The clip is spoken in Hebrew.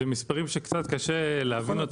אלה נתונים שקצת קשה להבין,